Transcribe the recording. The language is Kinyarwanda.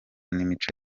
n’imico